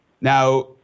Now